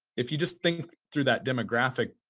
if you just think through that demographic,